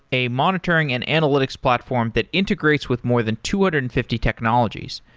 a monitoring and analytics platform that integrates with more than two hundred and fifty technologies,